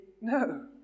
no